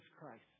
Christ